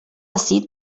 ací